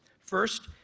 first,